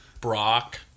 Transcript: Brock